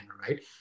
right